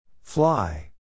Fly